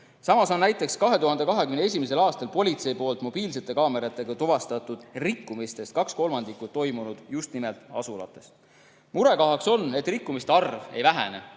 Samas on näiteks 2021. aastal politsei mobiilsete kaameratega tuvastatud rikkumistest kaks kolmandikku toimunud just nimelt asulates. Murekohaks on, et rikkumiste arv ei vähene.